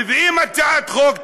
מביאים הצעת חוק,